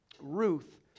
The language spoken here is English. Ruth